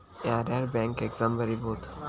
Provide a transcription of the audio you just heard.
ಯಾರ್ಯಾರ್ bank exam ಬರಿಬೋದು